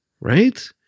right